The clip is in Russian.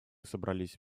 собрались